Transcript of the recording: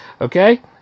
okay